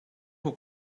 will